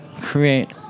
create